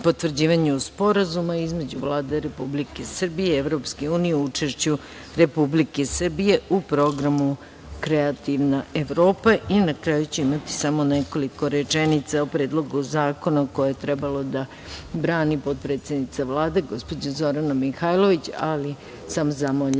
potvrđivanju sporazuma između Vlade Republike Srbije i Evropske Unije, u učešću Republike Srbije u programu „Kreativna Evropa“ i na kraju ću imati samo nekoliko rečenica o Predlogu zakona koje je trebala da brani potpredsednica Vlade, Zorana Mihajlović, ali sam zamoljena